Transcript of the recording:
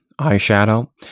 eyeshadow